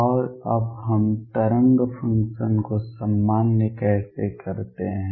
और अब हम तरंग फंक्शन को सामान्य कैसे करते हैं